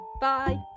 Bye